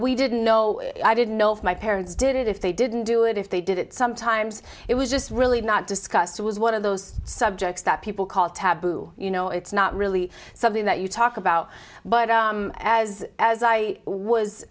we didn't know i didn't know if my parents did it if they didn't do it if they did it sometimes it was just really not discussed it was one of those subjects that people call taboo you know it's not really something that you talk about but as as i was